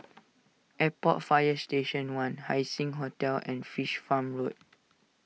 Airport Fire Station one Haising Hotel and Fish Farm Road